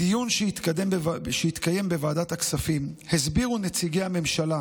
בדיון שהתקיים בוועדת הכספים הסבירו נציגי הממשלה